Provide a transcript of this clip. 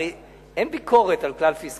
הרי אין ביקורת על כלל פיסקלי,